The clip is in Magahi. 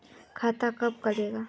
खाता कब करेला?